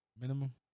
minimum